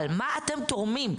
אבל מה אתם תורמים?